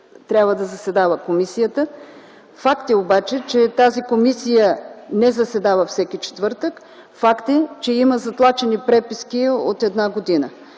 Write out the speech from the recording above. трябва да заседава всеки четвъртък. Факт е обаче, че тя не заседава всеки четвъртък. Факт е, че има затлачени преписки от една година.